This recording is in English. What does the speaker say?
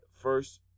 First